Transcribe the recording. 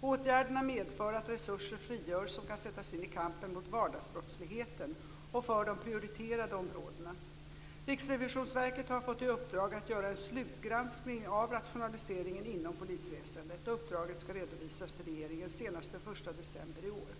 Åtgärderna medför att resurser frigörs som kan sättas in i kampen mot vardagsbrottsligheten och för de prioriterade områdena. Riksrevisionsverket har fått i uppdrag att göra en slutgranskning av rationaliseringen inom polisväsendet. Uppdraget skall redovisas till regeringen senast den 1 december i år.